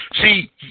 See